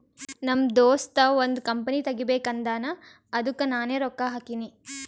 ನಮ್ ದೋಸ್ತ ಒಂದ್ ಕಂಪನಿ ತೆಗಿಬೇಕ್ ಅಂದಾನ್ ಅದ್ದುಕ್ ನಾನೇ ರೊಕ್ಕಾ ಹಾಕಿನಿ